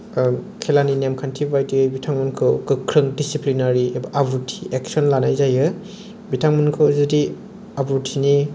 खेलानि नेमखान्थि बादियै बिथांमोनखौ गोख्रों डिसिप्लिनारि एबा आब्रुथि एक्सन लानाय जायो बिथांमोनखौ जुदि आब्रुथिनि